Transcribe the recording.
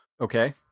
Okay